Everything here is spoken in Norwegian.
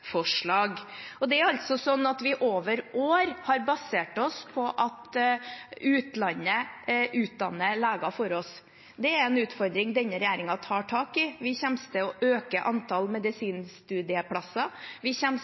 Det er altså sånn at vi over år har basert oss på at utlandet utdanner leger for oss. Det er en utfordring denne regjeringen tar tak i. Vi kommer til å øke antallet medisinstudieplasser. Vi